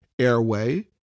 airway